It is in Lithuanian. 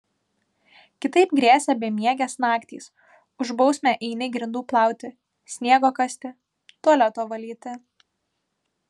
kitaip grėsė bemiegės naktys už bausmę eini grindų plauti sniego kasti tualeto valyti